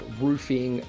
roofing